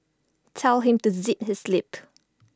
tell him to zip his lip